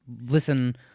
listen